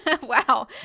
Wow